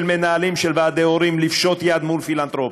מנהלים וועדי הורים לפשוט יד מול פילנתרופים?